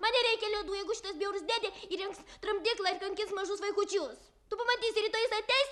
man nereikia ledų jeigu šitas bjaurus dėdė įrengs tramdyklą ir kankins mažus vaikučius tu pamatysi rytoj jis ateis